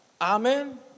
Amen